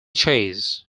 chase